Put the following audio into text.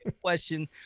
question